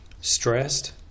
stressed